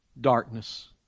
Darkness